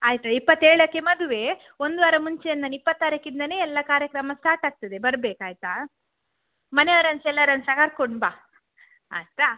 ಆಯಿತು ಇಪ್ಪತ್ತೇಳಕ್ಕೆ ಮದುವೆ ಒಂದು ವಾರ ಮುಂಚೆಯಿಂದನೇ ಇಪ್ಪತ್ತಾರೀಖಿಂದನೇ ಎಲ್ಲಾ ಕಾರ್ಯಕ್ರಮ ಸ್ಟಾರ್ಟಾಗ್ತದೆ ಬರಬೇಕಾಯ್ತಾ ಮನೆಯವ್ರನ್ನು ಸಹ ಎಲ್ಲಾರನ್ನು ಸಹ ಕರ್ಕೊಂಡು ಬಾ ಆಯಿತಾ